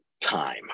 time